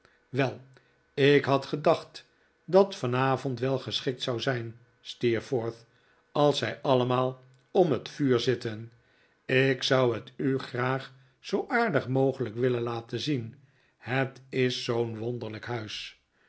wel ik had gedacht dat vanavond wel geschikt zou zijn steerforth als zij allemaal om het vuur zitten ik zou het u graag zoo aardig mogelijk willen laten zien het is zoo'n wonderlijk huis